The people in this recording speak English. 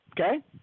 Okay